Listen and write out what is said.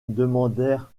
demandèrent